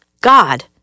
God